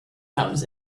comes